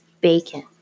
bacon